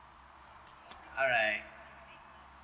alright